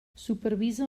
supervisa